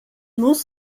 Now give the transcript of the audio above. muss